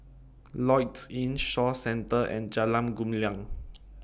Lloyds Inn Shaw Centre and Jalan Gumilang